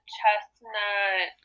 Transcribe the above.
chestnut